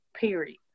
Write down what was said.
Period